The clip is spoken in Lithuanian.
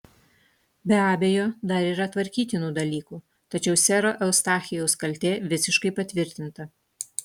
be abejo dar yra tvarkytinų dalykų tačiau sero eustachijaus kaltė visiškai patvirtinta